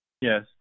Yes